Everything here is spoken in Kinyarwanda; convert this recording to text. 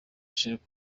christ